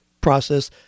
process